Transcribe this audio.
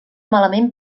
malament